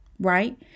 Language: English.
right